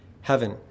heaven